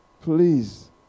Please